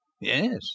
Yes